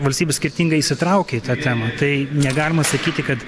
valstybė skirtingai įsitraukia į tą temą tai negalima sakyti kad